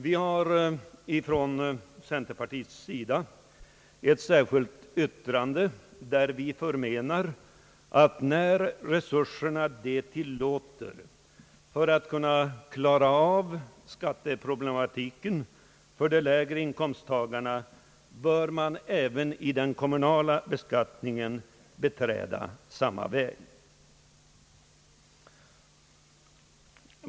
Vi har från centerpartiets sida ett särskilt yttrande i vilket vi förmenar att när resurserna det tillåter för att kunna klara av skatteproblematiken för de lägre inkomsttagarna, bör man även i den kommunala beskattningen beträda samma väg.